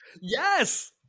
Yes